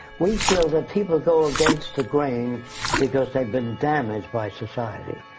we feel that people go against the grain because they've been damaged by society.